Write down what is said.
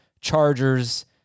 Chargers